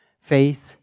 faith